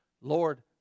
Lord